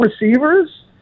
receivers